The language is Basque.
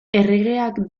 erregeak